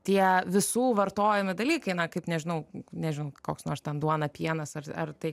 tie visų vartojami dalykai na kaip nežinau nežinau koks nors ten duona pienas ar ar tai